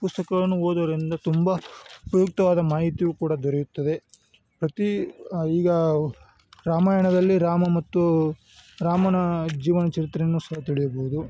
ಪುಸ್ತಕಗಳನ್ನು ಓದೋರಿಂದ ತುಂಬ ಉಪಯುಕ್ತವಾದ ಮಾಹಿತಿಯು ಕೂಡ ದೊರೆಯುತ್ತದೆ ಪ್ರತೀ ಈಗ ರಾಮಾಯಣದಲ್ಲಿ ರಾಮ ಮತ್ತು ರಾಮನ ಜೀವನ ಚರಿತ್ರೆಯನ್ನು ಸಹ ತಿಳಿಯಬೋದು